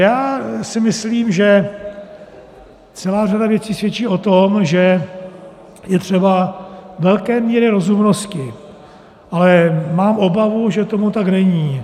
Já si myslím, že celá řada věcí svědčí o tom, že je třeba velké míry rozumnosti, ale mám obavu, že tomu tak není.